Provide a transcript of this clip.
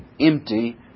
empty